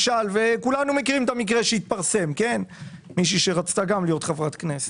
כולנו מכירים את המקרה שהתפרסם של מישהי שרצתה להיות חברת כנסת.